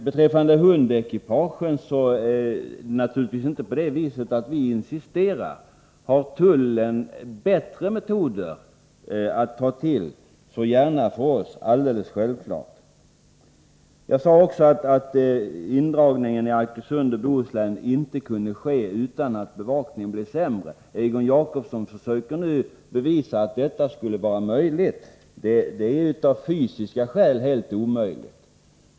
Beträffande hundekipagen är det naturligtvis inte så att vi insisterar. Om tullen har bättre metoder att ta till, så gärna för oss — det är självklart. Jag sade också att indragningen i Arkösund och i Bohuslän inte kunde ske utan att bevakningen blir sämre. Egon Jacobsson försöker nu bevisa att det inte skulle bli så, men det är av fysiska skäl helt omöjligt.